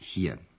Hier